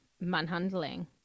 manhandling